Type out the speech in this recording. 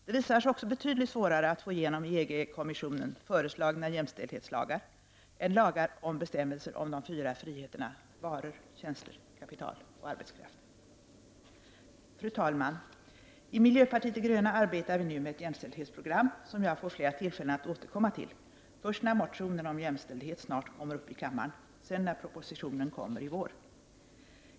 Det visar sig också betydligt svårare att i EG kommissionen få igenom föreslagna jämställdshetslagar än att få igenom lagar och bestämmelser om de fyra friheterna varor, tjänster, kapital och arbetskraft. Fru talman! I miljöpartiet de gröna arbetar vi nu med ett jämställdhetsprogram, som jag får flera tillfällen att återkomma till, först när motionerna om jämställdhet snart kommer upp i kammaren och sedan när propositionen kommer i vår.